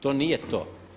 To nije to.